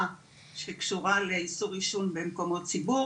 שקשורה לאיסור עישון במקומות ציבור